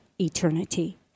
eternity